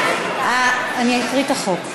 אני אקריא את החוק: